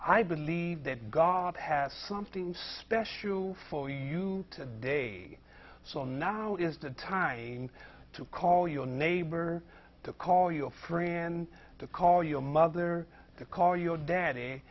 i believe that god has something special for you today so now is the time to call your neighbor to call your friend to call your mother to call your daddy